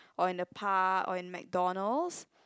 or in the park or in McDonalds